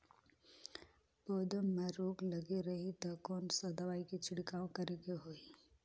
पौध मां रोग लगे रही ता कोन सा दवाई के छिड़काव करेके होही?